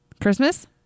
Christmas